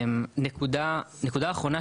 נקודה אחרונה,